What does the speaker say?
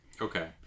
Okay